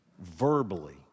verbally